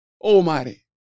Almighty